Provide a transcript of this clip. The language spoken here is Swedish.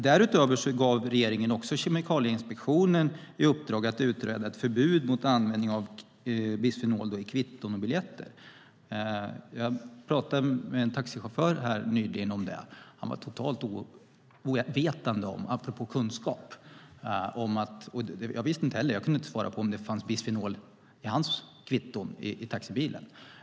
Därutöver gav regeringen Kemikalieinspektionen i uppdrag att utreda ett förbud mot användning av bisfenol A i kvitton och biljetter. Jag talade nyligen med en taxichaufför om detta. Han var helt ovetande om att det finns bisfenol A i vissa kvitton. Jag kunde inte svara på om det fanns bisfenol i hans kvitton i taxibilen.